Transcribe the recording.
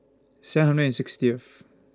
seven hundred and sixtieth